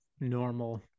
normal